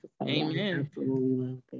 amen